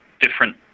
different